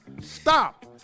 Stop